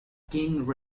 king